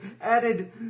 added